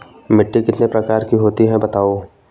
मिट्टी कितने प्रकार की होती हैं बताओ?